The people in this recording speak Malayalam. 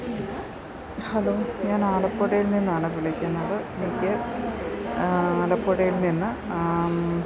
ഹലോ ഞാൻ ആലപ്പുഴയിൽ നിന്നാണ് വിളിക്കുന്നത് എനിക്ക് ആലപ്പുഴയിൽ നിന്ന്